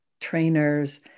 trainers